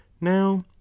now